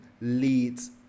leads